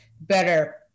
better